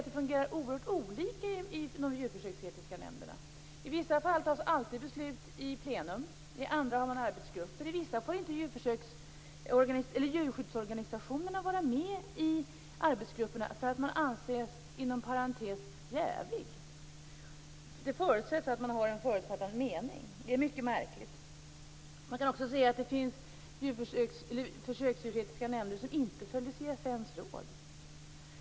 Det fungerar oerhört olika i de djurförsöksetiska nämnderna. I vissa tas alltid beslut i plenum, i andra har man arbetsgrupper. I vissa får inte djurskyddsorganisationerna vara med i arbetsgrupperna därför att man anses, inom parentes, vara jävig. Det förutsetts att man har en förutfattad mening. Det är mycket märkligt. Det finns också djurförsöksetiska nämnder som inte följer CFN:s råd.